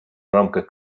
рамках